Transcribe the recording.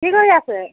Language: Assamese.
কি কৰি আছে